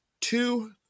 two